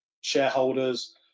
shareholders